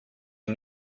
you